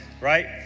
right